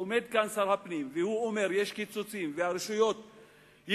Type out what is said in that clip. עומד כאן שר הפנים והוא אומר: יש קיצוצים והרשויות יקרסו.